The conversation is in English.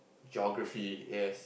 geography yes